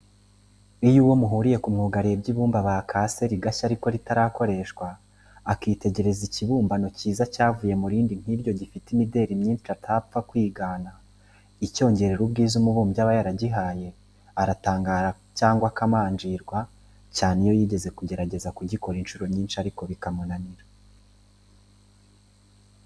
Iyo uwo muhuriye ku mwuga arebye ibumba bakase, rigashya ariko ritarakoreshwa; akanitegereza ikibumbano cyiza cyavuye mu rindi nk'iryo, gifite imideri myinshi atapfa kwigana, icyongerera ubwiza umubumbyi aba yaragihaye; aratangara cyangwa akamanjirwa, cyane iyo yigeze kugerageza kugikora inshuro nyinshi ariko bikamunanira.